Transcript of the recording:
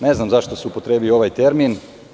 Ne znam zašto se upotrebio ovaj termin.